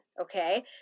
okay